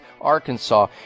Arkansas